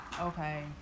okay